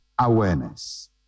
awareness